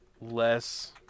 less